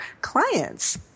clients